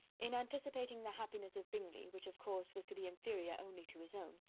in anticipating the happiness of bingley, which of course was to be inferior only to his own,